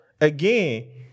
again